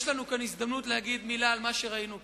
יש לנו כאן הזדמנות להגיד מלה על מה שראינו כאן,